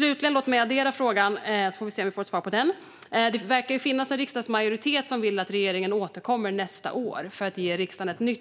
Låt mig slutligen addera frågan, och så får vi se om jag får något svar på den, om att det verkar finnas en riksdagsmajoritet som vill att regeringen återkommer nästa år för att ge riksdagen